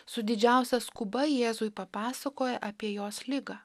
su didžiausia skuba jėzui papasakoja apie jos ligą